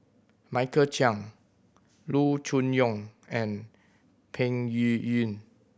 Michael Chiang Loo Choon Yong and Peng Yuyun